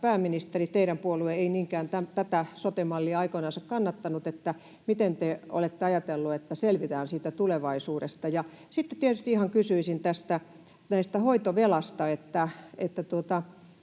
pääministeri, että teidän puolueenne ei niinkään tätä sote-mallia aikoinansa kannattanut: miten te olette ajatellut, että selvitään tulevaisuudesta? Sitten tietysti ihan kysyisin tästä hoitovelasta.